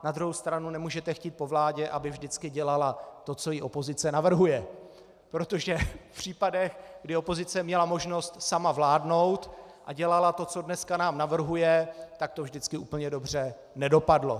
Na druhou stranu nemůžete chtít po vládě, aby vždycky dělala to, co jí opozice navrhuje, protože v případech, kdy opozice měla možnost sama vládnout a dělala to, co dneska nám navrhuje, tak to vždycky úplně dobře nedopadlo.